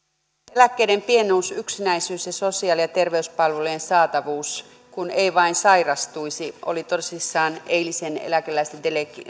eläkkeiden pienuus yksinäisyys ja sosiaali ja terveyspalvelujen saatavuus kun ei vain sairastuisi olivat tosiaan eilisen eläkeläisten